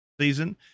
season